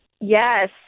Yes